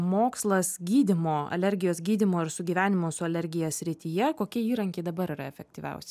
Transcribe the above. mokslas gydymo alergijos gydymo ir sugyvenimo su alergija srityje kokie įrankiai dabar yra efektyviausi